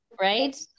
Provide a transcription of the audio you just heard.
Right